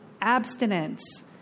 abstinence